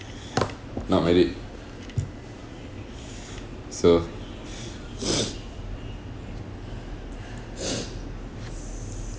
not married so